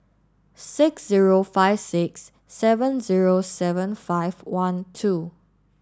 six zero five six seven zero seven five one two